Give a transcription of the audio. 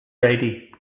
brady